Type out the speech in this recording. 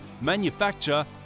manufacture